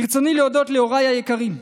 ברצוני להודות להוריי היקרים,